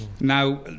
Now